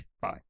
Bye